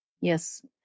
Yes